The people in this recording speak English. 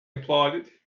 applauded